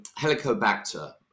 Helicobacter